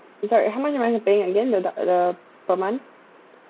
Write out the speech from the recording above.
uh sorry how much am I to pay again the do~ the per month